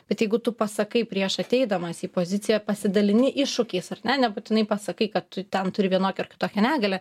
bet jeigu tu pasakai prieš ateidamas į poziciją pasidalini iššūkiais ar ne nebūtinai pasakai kad tu ten turi vienokią ar kitokią negalią